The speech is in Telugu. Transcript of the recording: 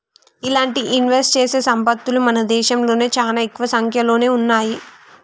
ఇలాంటి ఇన్వెస్ట్ చేసే సంస్తలు మన దేశంలో చానా తక్కువ సంక్యలోనే ఉన్నయ్యి